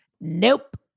Nope